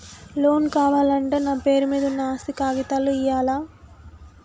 Loan కావాలంటే నా పేరు మీద ఉన్న ఆస్తి కాగితాలు ఇయ్యాలా?